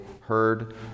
heard